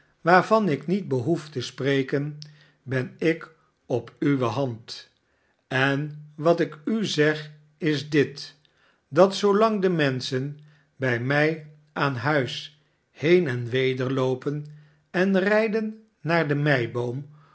waarvan ik niet behoef te spreken ben ik op uwe hand en wat ik u zeg is dit dat zoolang de menschen bij mij aan huis heen en weder loopen en rijden naar de meiboom